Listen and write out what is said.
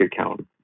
account